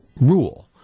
rule